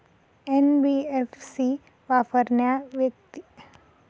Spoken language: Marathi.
एन.बी.एफ.सी वापरणाऱ्या व्यक्ती किंवा व्यवसायांसाठी कर्ज मिळविण्याची पद्धत काय आहे?